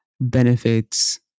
benefits